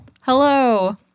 Hello